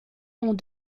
ont